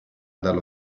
dallo